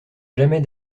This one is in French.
jamais